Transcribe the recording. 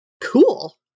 Cool